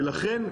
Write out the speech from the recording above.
לכן,